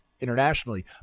internationally